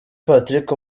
patrick